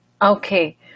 Okay